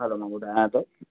हलो मां ॿुधायां थो